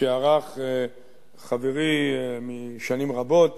שערך חברי משנים רבות